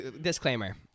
Disclaimer